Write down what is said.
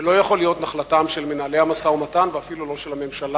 זה לא יכול להיות נחלתם של מנהלי המשא-ומתן ואפילו לא של הממשלה.